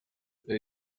تجربه